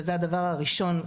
וזה הדבר הראשון.